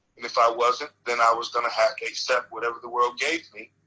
and if i wasn't then i was gonna have to accept whatever the world gave me.